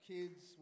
Kids